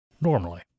Normally